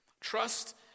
Trust